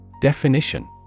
Definition